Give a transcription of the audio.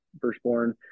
firstborn